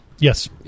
Yes